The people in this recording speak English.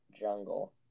jungle